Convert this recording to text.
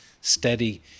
steady